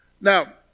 Now